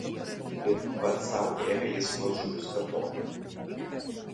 ir pats sau ėmė jis tuos žodžius kartoti